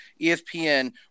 ESPN